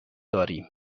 داریم